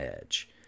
edge